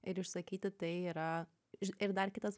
ir išsakyti tai yra ži ir dar kitas